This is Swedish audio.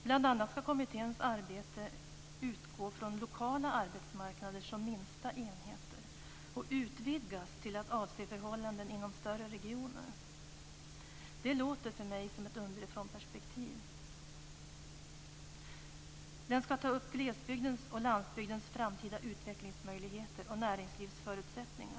Bl.a. skall kommitténs arbete utgå från lokala arbetsmarknader som minsta enheter och utvidgas till att avse förhållanden inom större regioner. Det låter för mig som ett underifrånperspektiv. Den skall ta upp glesbygdens och landsbygdens framtida utvecklingsmöjligheter och näringslivsförutsättningar.